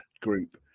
group